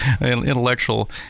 intellectual